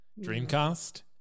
dreamcast